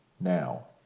now